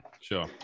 Sure